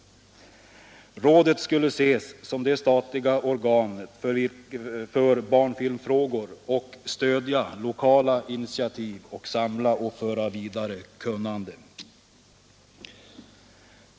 Rådet skulle ses som det statliga organet för barnfilmfrågor och stödja lokala initiativ och samla och föra vidare kunnande.